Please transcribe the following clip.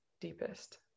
deepest